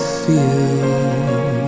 feel